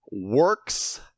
works